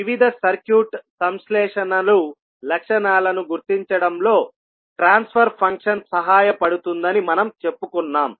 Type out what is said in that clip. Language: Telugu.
వివిధ సర్క్యూట్ సంశ్లేషణలు syntheses లక్షణాలను గుర్తించడంలో ట్రాన్స్ఫర్ ఫంక్షన్ సహాయపడుతుందని మనం చెప్పుకున్నాం